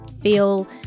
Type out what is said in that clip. feel